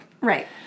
Right